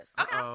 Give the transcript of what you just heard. Okay